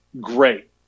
great